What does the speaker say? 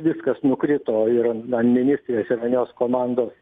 viskas nukrito ir ant ministrės ir ant jos komandos